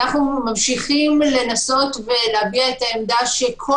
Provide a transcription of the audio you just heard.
אנחנו ממשיכים לנסות ולהביע את העמדה שכל